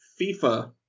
FIFA